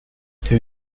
two